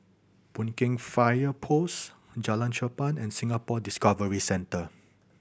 Boon Keng Fire Post Jalan Cherpen and Singapore Discovery Centre